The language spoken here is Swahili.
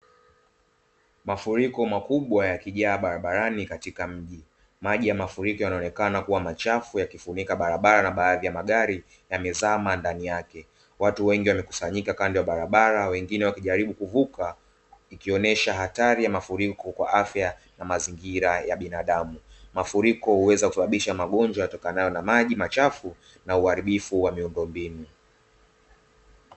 Mafuriko makubwa yakijaa barabarani katika mji maji ya mafuriko yanaonekana kuwa machafu yakifunika barabara na baadhi ya magari yamezama ndani yake, watu wengi wamekusanyika kando ya barabara wengine wakijaribu kuvuka ikionyesha hatari ya mafuriko kwa afya na mazingira ya binadamu, mafuriko uweza kusababisha magonjwa yatokanayo na maji machafu na uharibifu wa miundo mbinu.